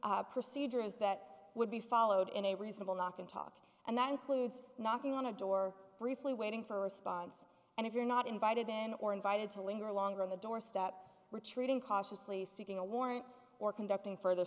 certain procedures that would be followed in a reasonable knock and talk and that includes knocking on a door briefly waiting for a response and if you're not invited in or invited to linger longer on the doorstep retreating cautiously seeking a warrant or conducting further